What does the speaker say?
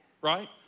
right